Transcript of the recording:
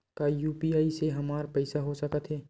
का यू.पी.आई से हमर पईसा हो सकत हे?